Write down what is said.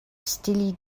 steely